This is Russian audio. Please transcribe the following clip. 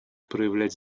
проявлять